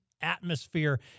atmosphere